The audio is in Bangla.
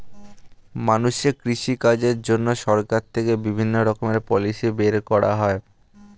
মানুষের কৃষি কাজের জন্য সরকার থেকে বিভিন্ন রকমের পলিসি বের করা হয়